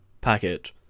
packet